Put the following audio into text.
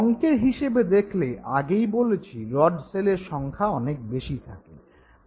অংকের হিসেবে দেখলে আগেই বলেছি রড সেলের সংখ্যা অনেক বেশি থাকে